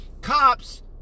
Cops